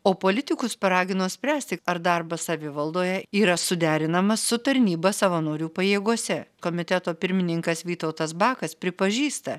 o politikus paragino spręsti ar darbas savivaldoje yra suderinamas su tarnyba savanorių pajėgose komiteto pirmininkas vytautas bakas pripažįsta